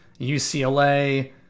UCLA